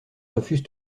refuse